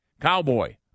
Cowboy